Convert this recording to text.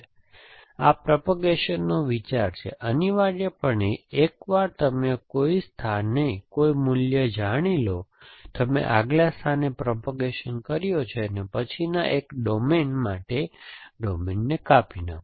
તેથી આ પ્રોપેગેશનનો વિચાર છે અનિવાર્યપણે એકવાર તમે કોઈ સ્થાને કોઈ મૂલ્ય જાણી લો કે તમે આગલા સ્થાને પ્રોપેગેશન કર્યો છે અને પછીના એક માટે ડોમેનને કાપી નાખો